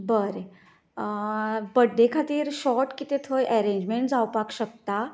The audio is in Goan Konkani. बरें बड्डे खातीर शोर्ट कितें थंय एरेंजमेंट जावपाक शकता